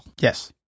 Yes